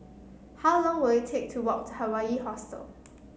how long will it take to walk to Hawaii Hostel